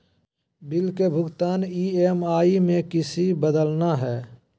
Bill के भुगतान EMI में किसी बदलना है?